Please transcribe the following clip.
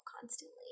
constantly